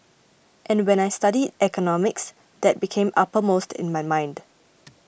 and when I studied economics that became uppermost in my mind